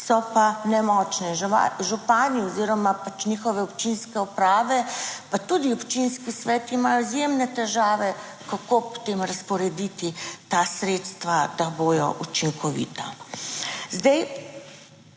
so pa nemočne. Župani oziroma pač njihove občinske uprave, pa tudi občinski sveti imajo izjemne težave, kako potem razporediti ta sredstva, da bodo učinkovita.